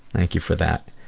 thank you for that.